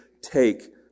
take